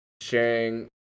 sharing